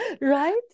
right